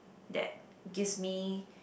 that gives me